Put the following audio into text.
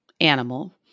animal